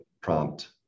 prompt